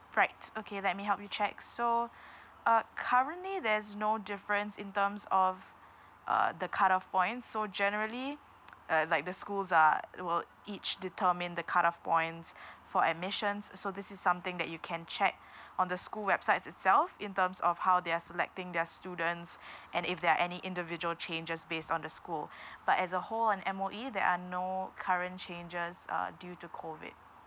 right okay let me help you check so uh currently there's no difference in terms of uh the cut off point so generally uh like the schools are will each determine the cut off points for admissions so this is something that you can check on the school websites itself in terms of how they're selecting their students and if there are any individual changes based on the school but as a whole on M_O_E there are no current changes uh due to COVID